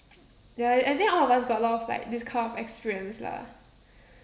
ya I I think all of us got a lot of like this called of experience lah